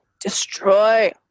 Destroy